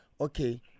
Okay